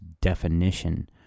definition